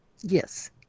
Yes